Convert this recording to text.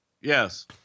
Yes